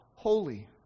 Holy